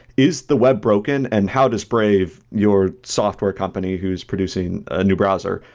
is the web broken, and how does brave, your software company who's producing a new browser,